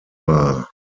war